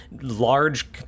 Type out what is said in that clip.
large